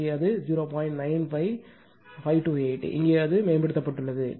95528 இங்கே அது மேம்படுத்தப்பட்டுள்ளது